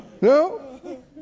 No